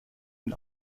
den